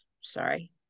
Sorry